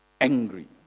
angry